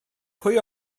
pwy